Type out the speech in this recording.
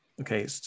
okay